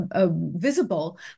visible